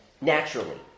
Naturally